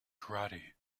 karate